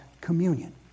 communion